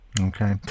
okay